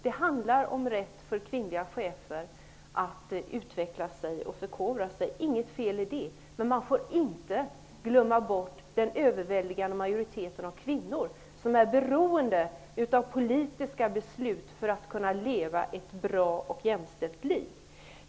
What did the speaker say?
Det handlar om rätt för kvinnliga chefer att utveckla sig och förkovra sig. Det är inget fel i det. Men man får inte glömma bort den överväldigande majoriteten av kvinnor som är beroende av politiska beslut för att kunna leva ett bra och jämställt liv.